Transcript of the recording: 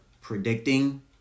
predicting